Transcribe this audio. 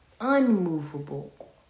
unmovable